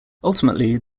ultimately